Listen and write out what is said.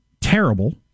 terrible